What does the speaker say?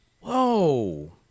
Whoa